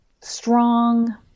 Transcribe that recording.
strong